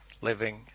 living